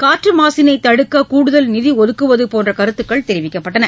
காற்று மாசினை தடுக்க கூடுதல் நிதி ஒதுக்குவது போன்ற கருத்துக்கள் தெரிவிக்கப்பட்டன